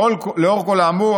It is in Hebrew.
לאור כל האמור,